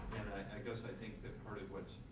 and i guess i think that part of what's